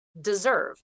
deserve